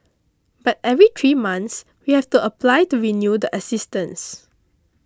but every three months we have to apply to renew the assistance